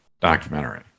documentary